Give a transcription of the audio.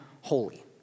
holy